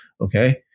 okay